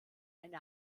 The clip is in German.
eine